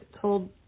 told